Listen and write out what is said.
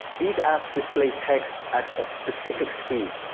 these apps display text at a specific speed,